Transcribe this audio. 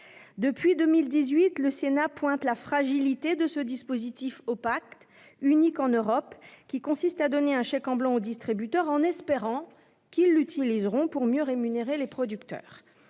Depuis 2018, le Sénat pointe la fragilité de ce dispositif opaque, unique en Europe, qui consiste à donner un chèque en blanc aux distributeurs en espérant qu'ils utiliseront cette marge pour mieux rémunérer les producteurs.